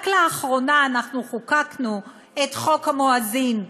רק לאחרונה חוקקנו את חוק המואזין,